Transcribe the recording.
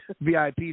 VIP